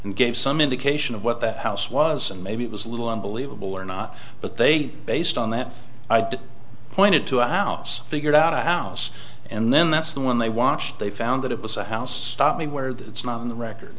and gave some indication of what that house was and maybe it was a little unbelievable or not but they based on that i'd pointed to a house figured out a house and then that's the one they watched they found that it was a house stopped me where that's not in the record